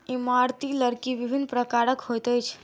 इमारती लकड़ी विभिन्न प्रकारक होइत अछि